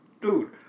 Dude